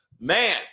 Man